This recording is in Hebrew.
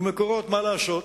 ו"מקורות", מה לעשות,